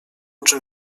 czym